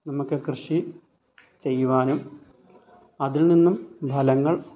നമുക്ക് കൃഷി ചെയ്യുവാനും അതിൽ നിന്നും ഫലങ്ങൾ